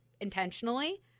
intentionally